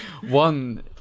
one